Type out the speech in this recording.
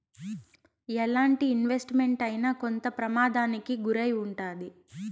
ఎలాంటి investment అయినా కొంత ప్రమాదానికి గురై ఉంటాది